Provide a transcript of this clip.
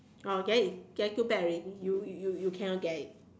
oh then it's too bad already you you cannot get it